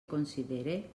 considere